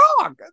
wrong